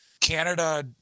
Canada